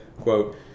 quote